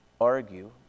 argue